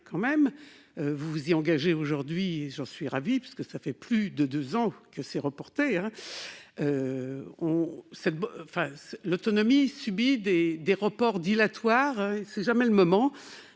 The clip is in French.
vous vous y engagez, et j'en suis ravie, car cela fait plus de deux ans que c'est reporté. L'autonomie subit des reports dilatoires ; ce n'est jamais le moment.